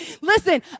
listen